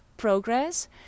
progress